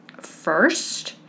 First